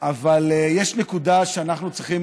אבל יש נקודה שאנחנו צריכים